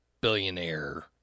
billionaire